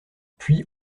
puis